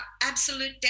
absolute